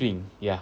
swing ya